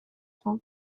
small